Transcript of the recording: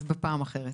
אז בפעם אחרת.